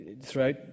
Throughout